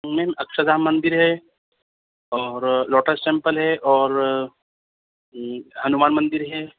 میم اکشردھام مندر ہے اور لوٹس ٹیمپل ہے اور ہنومان مندر ہے